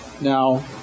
Now